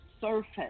surface